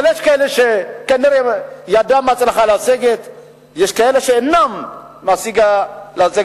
אבל כנראה יש כאלה שידם משגת ויש כאלה שידם אינה משגת.